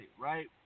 right